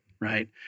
right